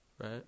Right